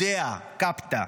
Judaea Capta,